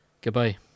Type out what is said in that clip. Goodbye